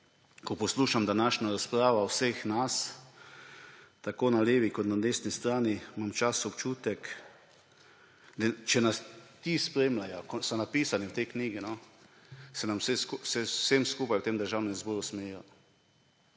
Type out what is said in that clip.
ko poslušam današnjo razpravo vseh nas, tako na levi kot na desni strani, imam včasih občutek, da če nas ti spremljajo, o katerih piše v tej knjigi, se nam vsem skupaj v Državnem zboru smejijo.